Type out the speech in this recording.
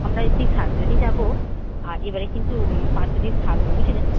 আমরা সাতজনই যাবো আর এবারে কিন্তু পাঁচ ছ দিন থাকবো বুঝলেন